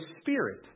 Spirit